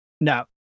No